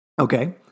Okay